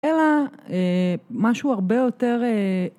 אלא משהו הרבה יותר